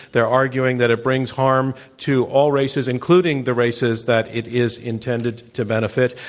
they're arguing that it brings harm to all races, including the races that it is intended to benefit.